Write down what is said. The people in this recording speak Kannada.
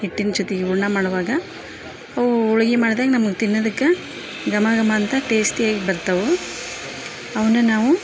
ಹಿಟ್ಟಿನ್ ಜೊತೆಗೆ ಹೂರ್ಣ ಮಾಡುವಾಗ ಹೋಳಿಗೆ ಮಾಡಿದಾಗ ನಮಗೆ ತಿನ್ನೋದಿಕ್ಕೆ ಘಮ ಘಮ ಅಂತ ಟೇಸ್ಟಿಯಾಗಿ ಬರ್ತವು ಅವನ್ನ ನಾವು